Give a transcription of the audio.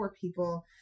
people